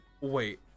Wait